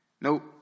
Nope